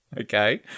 Okay